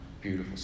Beautiful